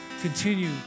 continue